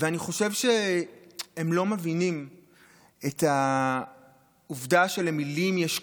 ואני חושב שהם לא מבינים את העובדה שלמילים יש כוח.